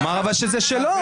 אבל הוא אמר שזה שלו.